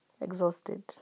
exhausted